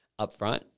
upfront